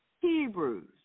Hebrews